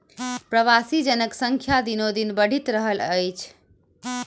प्रवासी जनक संख्या दिनोदिन बढ़ि रहल अछि